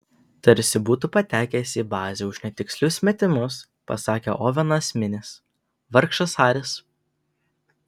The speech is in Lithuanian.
tarsi būtu patekęs į bazę už netikslius metimus pasakė ovenas minis vargšas haris